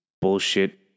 bullshit